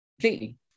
completely